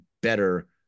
better